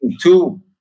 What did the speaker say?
two